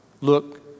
look